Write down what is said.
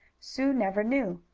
sue never knew.